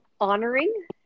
honoring